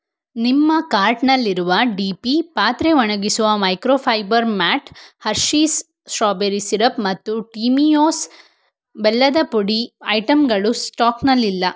ನಿಮ್ಮ ಕಾರ್ಟ್ನಲ್ಲಿರುವ D P ಪಾತ್ರೆ ಒಣಗಿಸುವ microfiber mat Hershey's strawberry syrup ಮತ್ತು ಟೀಮಿಯೋಸ್ ಬೆಲ್ಲದ ಪುಡಿ ಐಟಂಗಳು ಸ್ಟಾಕ್ನಲ್ಲಿಲ್ಲ